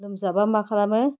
लोमजाब्ला मा खालामो